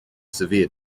severe